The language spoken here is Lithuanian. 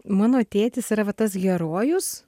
mano tėtis yra va tas herojus